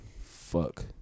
fuck